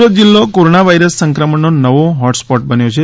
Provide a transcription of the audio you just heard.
સુરત જિલ્લો corona virus સંક્રમણનો નવો હોટ સ્પોર્ટ બન્યો છે